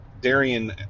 Darian